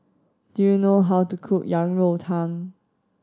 do you know how to cook Yang Rou Tang